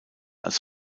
als